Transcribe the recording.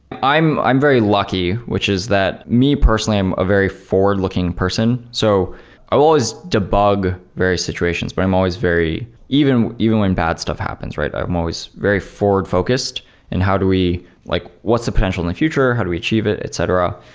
i'm i'm very lucky, which is that me personally, i'm a very forward-looking person. so i've always but dug various situations, but i'm always very even even when bad stuff happens, right? i'm always very forward focused in how do we like what's the potential in the future? how do we achieve it? etc.